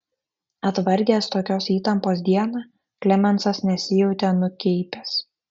atvargęs tokios įtampos dieną klemensas nesijautė nukeipęs